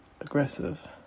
aggressive